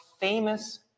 famous